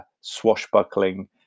swashbuckling